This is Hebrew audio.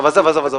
טוב, עזוב, עזוב.